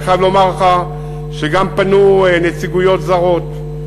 אני חייב לומר לך שגם פנו נציגויות זרות,